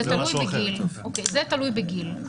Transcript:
זה תלוי בגיל,